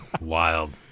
wild